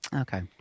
okay